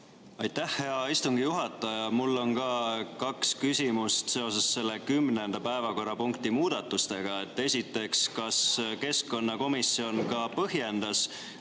Aitäh, hea istungi juhataja! Mul on ka kaks küsimust seoses selle 10. päevakorrapunkti muudatustega. Esiteks, kas keskkonnakomisjon põhjendas,